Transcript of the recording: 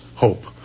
Hope